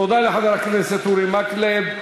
תודה לחבר הכנסת אורי מקלב.